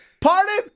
Pardon